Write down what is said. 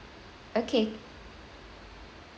okay